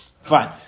Fine